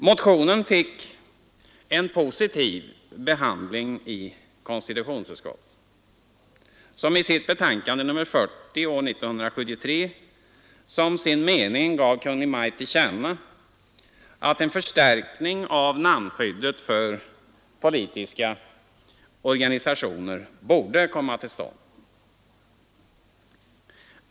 Motionen fick en positiv behandling i konstitutionsutskottet, som i sitt betänkande nr 40 år 1973 som sin mening gav Kungl. Maj:t till känna att en förstärkning av namnskyddet för politiska organisationer borde komma till stånd.